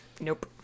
nope